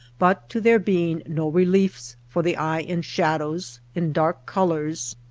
but to there being no re liefs for the eye in shadows, in dark colors,